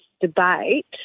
debate